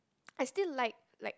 I still like like